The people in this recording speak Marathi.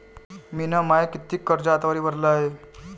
मिन माय कितीक कर्ज आतावरी भरलं हाय?